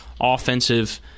offensive